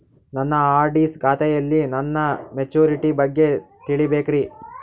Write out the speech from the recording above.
ನನ್ನ ಆರ್.ಡಿ ಖಾತೆಯಲ್ಲಿ ನನ್ನ ಮೆಚುರಿಟಿ ಬಗ್ಗೆ ತಿಳಿಬೇಕ್ರಿ